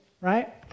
right